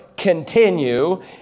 Continue